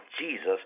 Jesus